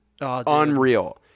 unreal